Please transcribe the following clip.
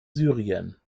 syrien